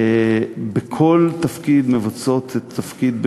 שבכל תפקיד הן מבצעות את התפקיד,